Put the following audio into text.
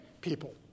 people